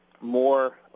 more